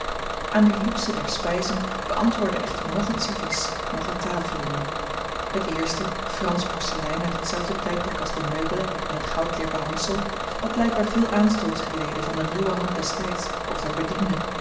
aan die luxe der spijzen beantwoordde echter noch het servies noch het tafellinnen het eerste fransch porselein uit hetzelfde tijdperk als de meubelen en t goudleer behangsel had blijkbaar veel aanstoots geleden van de ruwe hand des tijds of der bedienden